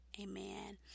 Amen